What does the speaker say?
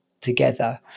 together